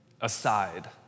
aside